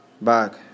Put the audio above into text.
back